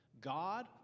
God